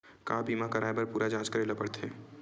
का बीमा कराए बर पूरा जांच करेला पड़थे?